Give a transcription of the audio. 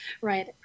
Right